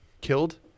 killed